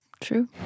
True